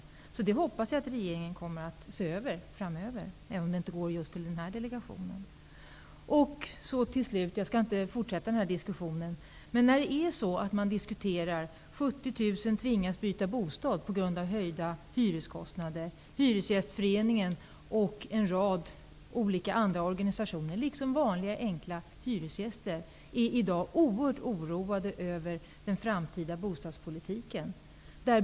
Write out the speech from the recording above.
Men jag hoppas att regeringen kommer att se över detta framöver, även om det inte går att göra just när det gäller den här delegationen. Slutligen, när man diskuterar att 70 000 tvingas byta bostad på grund av höjda hyreskostnader är det många som i dag inom Hyresgäströrelsen, en rad andra organisationer och även bland vanliga enkla hyresgäster är oerhört oroade över den framtida bostadspolitiken.